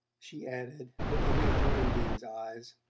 she added, looking into undine's eyes.